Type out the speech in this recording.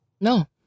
No